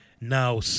Now